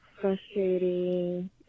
frustrating